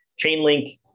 Chainlink